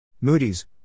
Moody's